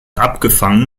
abgefangen